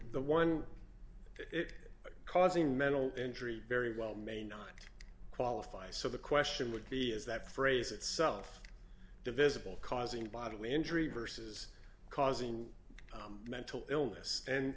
the one it causing mental injury very well may not qualify so the question would be is that phrase itself divisible causing bodily injury versus causing mental illness and